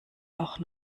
auch